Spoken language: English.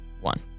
one